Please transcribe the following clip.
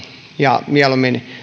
ja mieluummin